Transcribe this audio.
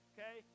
Okay